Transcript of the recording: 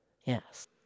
Yes